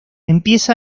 empieza